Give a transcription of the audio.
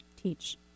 teach